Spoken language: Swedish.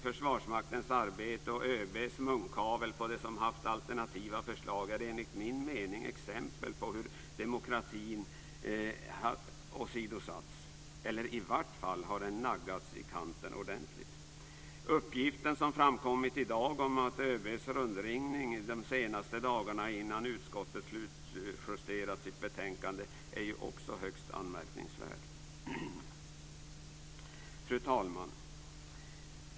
Försvarsmaktens arbete och ÖB:s munkavle på dem som haft alternativa förslag är enligt min mening exempel på hur demokratin åsidosatts eller i varje fall naggats i kanten ordentligt. Uppgiften som framkommit i dag om ÖB:s rundringning under de senaste dagarna innan utskottet hade slutjusterat sitt betänkande är också högst anmärkningsvärd. Fru talman!